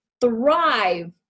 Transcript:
thrive